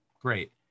great